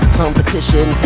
competition